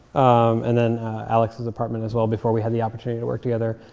and then alex's apartment as well, before we had the opportunity to work together.